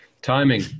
Timing